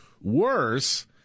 worse